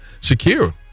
Shakira